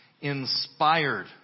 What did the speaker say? inspired